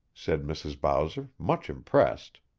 said mrs. bowser, much impressed.